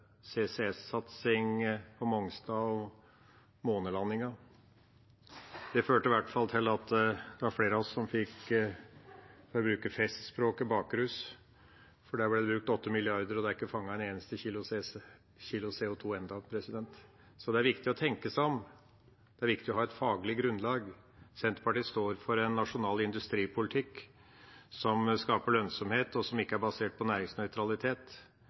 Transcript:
CCS-satsing på Mongstad og månelandingen. Det førte i hvert fall til at flere av oss, for å bruke festspråket, fikk bakrus. For der ble det brukt 8 mrd. kr, og ikke en eneste kilo CO2 er fanget ennå. Så det er viktig å tenke seg om og viktig å ha et faglig grunnlag. Senterpartiet står for en nasjonal industripolitikk som skaper lønnsomhet, og som ikke er basert på næringsnøytralitet.